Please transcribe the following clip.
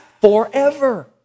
forever